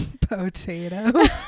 potatoes